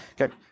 Okay